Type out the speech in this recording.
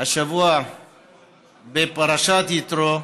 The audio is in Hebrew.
השבוע בפרשת יתרו,